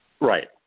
Right